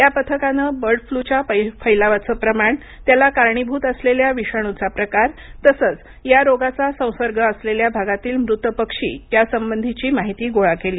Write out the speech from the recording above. या पथकानं बर्ड फ्लूच्या फैलावाचं प्रमाण त्याला कारणीभूत असलेल्या विषाणूचा प्रकार तसंच या रोगाचा संसर्ग असलेल्या भागातील मृत पक्षी यासंबंधीची माहिती गोळा केली